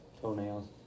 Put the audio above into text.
Toenails